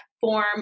form